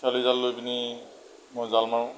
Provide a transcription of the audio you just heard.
খেৱালী জাল লৈ পেনি মই জাল মাৰোঁ